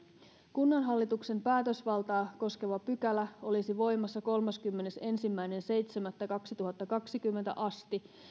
kunnanhallituksen päätösvaltaa koskeva pykälä olisi voimassa kolmaskymmenesensimmäinen seitsemättä kaksituhattakaksikymmentä asti